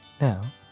Now